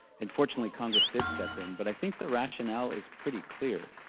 and fortunately, congress did step in, but i think the rationale is pretty clear.